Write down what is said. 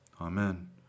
Amen